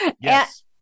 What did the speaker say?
Yes